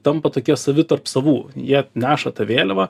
tampa tokie savi tarp savų jie neša tą vėliavą